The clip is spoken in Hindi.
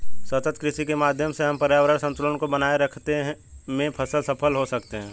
सतत कृषि के माध्यम से हम पर्यावरण संतुलन को बनाए रखते में सफल हो सकते हैं